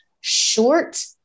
short